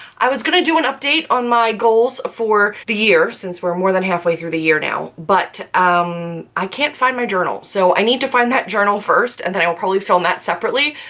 i was gonna do an update on my goals for the year since we're more than halfway through the year now, but umm i can't find my journal so i need to find that journal first and then i will probably film that separately.